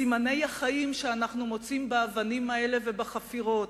סימני החיים שאנו מוצאים באבנים האלה, ובחפירות